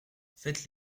faites